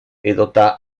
edota